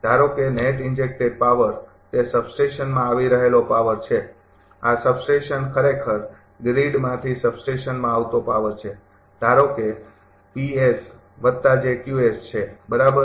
ધારો કે net injected power તે સબસ્ટેશનમાં આવી રહેલો પાવર છે આ સબસ્ટેશન ખરેખર ગ્રીડમાંથી સબસ્ટેશનમાં આવતો પાવર છે ધારો કે તે છે બરાબર